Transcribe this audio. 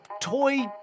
toy